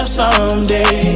someday